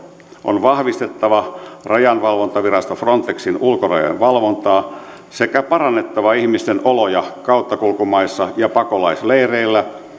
on vahvistettava rajavalvontavirasto frontexin ulkorajojen valvontaa sekä parannettava ihmisten oloja kauttakulkumaissa ja pakolaisleireillä